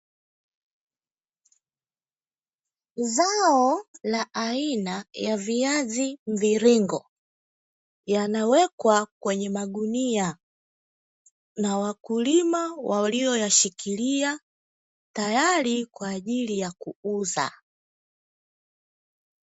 Zao la aina la viazi mviringo yanawekwa kwenye magunia na wakulima waliyoyashikiria tayari kwa ajili ya kuuza.